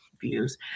views